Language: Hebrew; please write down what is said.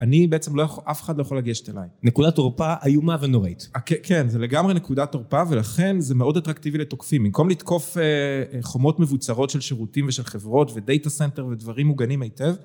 אני בעצם, אף אחד לא יכול לגשת אליי. נקודת תורפה איומה ונוראית. כן, זה לגמרי נקודת תורפה, ולכן זה מאוד אטרקטיבי לתוקפים. במקום לתקוף חומות מבוצרות של שירותים ושל חברות, ודאטה סנטר ודברים מוגנים היטב.